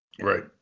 Right